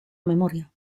memoria